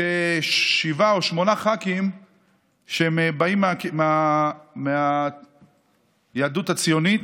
כשבעה או שמונה ח"כים שבאים מהיהדות הציונית,